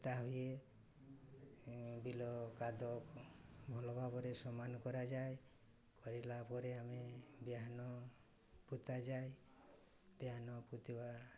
ପୋତା ହୁଏ ବିଲ କାଦ ଭଲ ଭାବରେ ସମାନ କରାଯାଏ କରିଲା ପରେ ଆମେ ବିହନ ପୋତା ଯାଏ ବିହନ ପୋତିବା